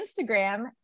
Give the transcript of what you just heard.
Instagram